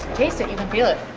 taste it. you can feel it.